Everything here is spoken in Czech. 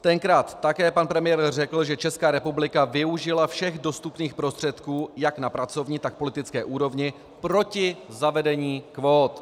Tenkrát také pan premiér řekl, že Česká republika využila všech dostupných prostředků jak na pracovní, tak politické úrovni proti zavedení kvót.